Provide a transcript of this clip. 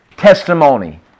Testimony